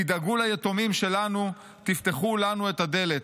תדאגו ליתומים שלנו, תפתחו לנו את הדלת.